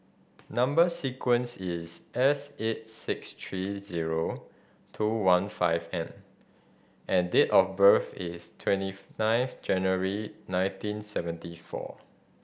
number sequence is S eight six three zero two one five N and date of birth is twenty nine January nineteen seventy four